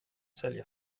sälja